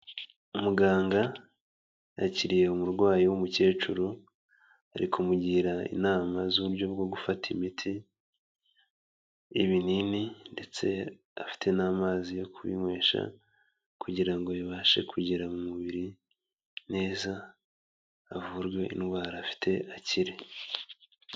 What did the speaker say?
Muganga yakiriye umurwayi w'umukecuru, ari kumugira inama z'uburyo bwo gufata imiti y'ibinini ndetse afite n'amazi yo kubinywesha kugira ngo bibashe kugera mu mubiri neza havurwe indwara afite akire.